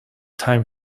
time